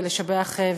ולשבח,